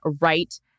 right